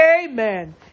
amen